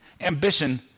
ambition